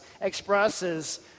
expresses